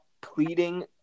pleading